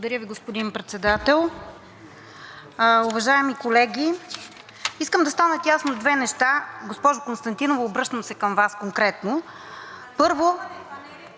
Благодаря Ви, господин Председател. Уважаеми колеги, искам да станат ясни две неща. Госпожо Константинова, обръщам се към Вас конкретно. Първо…